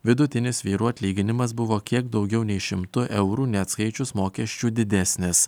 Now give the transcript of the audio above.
vidutinis vyrų atlyginimas buvo kiek daugiau nei šimtu eurų neatskaičius mokesčių didesnis